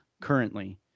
currently